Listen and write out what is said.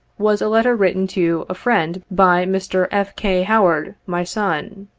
was a letter written to a friend by mr. f. k. howard, my son.